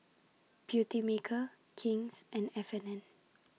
Beautymaker King's and F and N